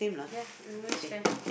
ya I'm always fair